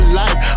life